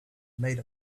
made